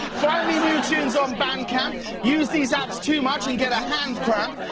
find me new tunes on bandcamp. use these apps too much and get a handcramp.